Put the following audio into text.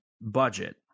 budget